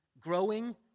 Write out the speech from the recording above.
Growing